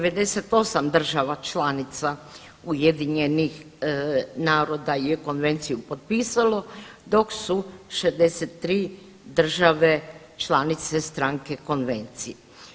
98 država članica UN-a je konvenciju potpisalo, dok su 63 države članice stranke konvencije.